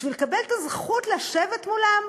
בשביל לקבל את הזכות לשבת מולם,